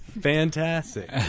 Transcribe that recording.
Fantastic